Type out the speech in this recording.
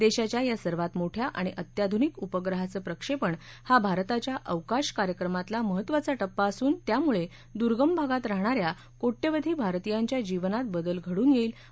देशाच्या या सर्वात मोठ्या आणि अत्याधुनिक उपग्रहाचं प्रक्षेपण हा भारताच्या अवकाश कार्यक्रमातला महत्त्वाचा टप्पा असून त्यामुळे दुर्गम भागात राहणा या कोट्यवधी भारतीयांच्या जीवनात बदल घडून येईल असं प्रधानमंत्र्यांनी म्हटलं आहे